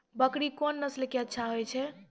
बकरी कोन नस्ल के अच्छा होय छै?